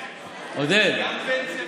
עודד, וגם זה,